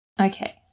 Okay